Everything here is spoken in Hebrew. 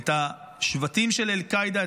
את השבטים של אל-קאעידה,